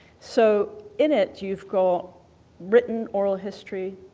so, in it you've got written oral history,